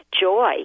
joy